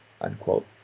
Unquote